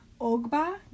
Ogba